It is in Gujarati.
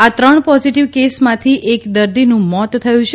આ ત્રણ પોઝીટીવ કેસ માંથી એક દર્દીનું મોત થયું છે